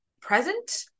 present